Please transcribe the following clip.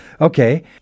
Okay